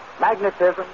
magnetism